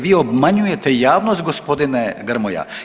Vi obmanjujete javnost gospodine Grmoja.